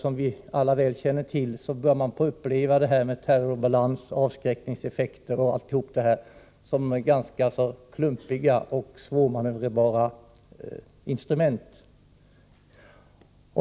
Man börjar uppleva detta med terrorbalansen och avskräckningseffekt o. d. som ett ganska klumpigt och svårmanövrerbart instrument.